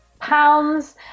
pounds